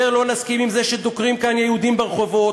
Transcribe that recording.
יותר לא נסכים עם זה שדוקרים כאן יהודים ברחובות,